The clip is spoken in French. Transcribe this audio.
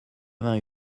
vingt